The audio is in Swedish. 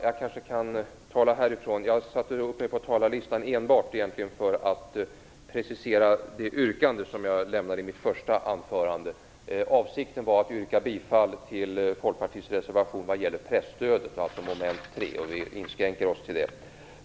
Fru talman! Jag satte egentligen enbart upp mig på talarlistan för att precisera det yrkande som jag lämnade i mitt första anförande. Min avsikt var att yrka bifall till Folkpartiets reservation vad gäller presstödet, dvs. mom. 3. Vi inskränker oss till det.